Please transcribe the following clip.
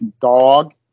Dog